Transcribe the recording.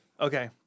Okay